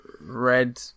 Red